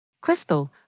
Crystal